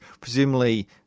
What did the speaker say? presumably